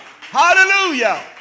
Hallelujah